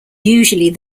usually